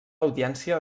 audiència